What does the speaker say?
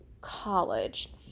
college